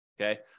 Okay